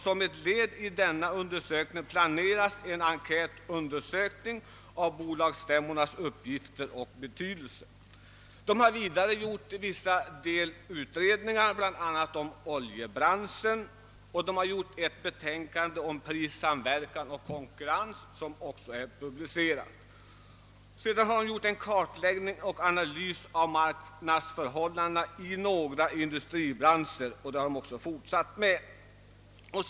Som ett led i denna undersökning planeras en enkätundersökning av bolagsstämmornas uppgifter och betydelse. Utredningen har: vidare gjort vissa delutredningar, bl.a. om oljebranschen och om prissamverkan och konkurrens, vilka utredningar också har blivit publicerade. Utredningen har även gjort en analys och kartläggning av marknadsförhållandena i några industribranscher, vilket den också fortsätter med.